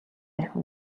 архи